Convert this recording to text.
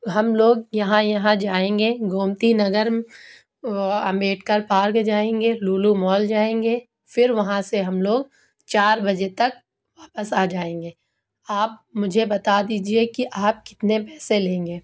ہم لوگ یہاں یہاں جائیں گے گومتی نگر اور امبیڈکر پارک جائیں گے لولو مال جائیں گے پھر وہاں سے ہم لوگ چار بجے تک واپس آ جائیں گے آپ مجھے بتا دیجیے کہ آپ کتنے پیسے لیں گے